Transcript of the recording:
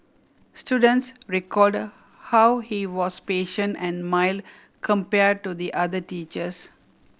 students recalled how he was patient and mild compare to the other teachers